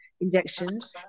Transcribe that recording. injections